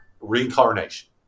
reincarnation